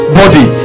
body